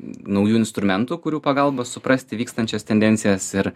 naujų instrumentų kurių pagalba suprasti vykstančias tendencijas ir